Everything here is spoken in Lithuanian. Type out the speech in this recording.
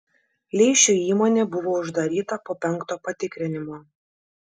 leišio įmonė buvo uždaryta po penkto patikrinimo